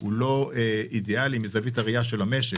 הוא לא אידיאלי מזווית הראייה של המשק